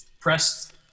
pressed